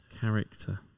character